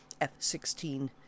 F-16